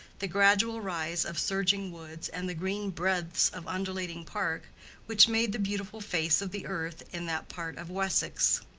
the gradual rise of surging woods, and the green breadths of undulating park which made the beautiful face of the earth in that part of wessex.